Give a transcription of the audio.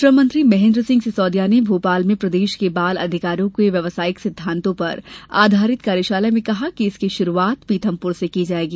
श्रममंत्री महेन्द्र सिंह सिसोदिया ने भोपाल में प्रदेश के बाल अधिकारों के व्यावसायिक सिद्धांतों पर आधारित कार्यशाला में कहा कि इसकी शुरूआत पीथमपुर से की जाएगी